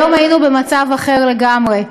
היום היינו במצב אחר לגמרי.